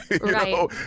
right